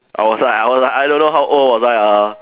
I was like I was like I don't know how old was I uh